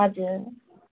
हजुर